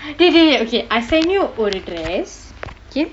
dey dey dey okay I send you ஒருoru dress okay